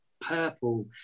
purple